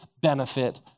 benefit